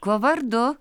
eko vardu